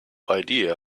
idea